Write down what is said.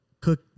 cook